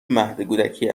مهدکودکی